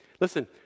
Listen